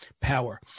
power